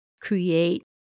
create